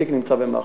התיק נמצא במח"ש.